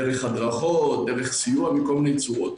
דרך הדרכות, דרך סיוע בכל מיני צורות.